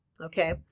Okay